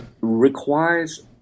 requires